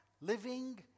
Living